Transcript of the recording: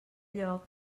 lloc